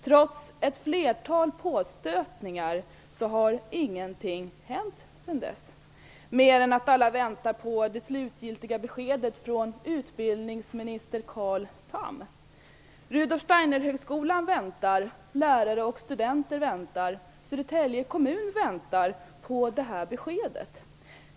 Trots ett flertal påstötningar har ingenting hänt sedan dess mer än att alla väntar på det slutgiltiga beskedet från utbildningsminister Carl Tham. Rudolf Steiner-högskolan, lärare, studenter och Södertälje kommun väntar på beskedet.